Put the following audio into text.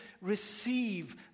receive